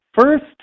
first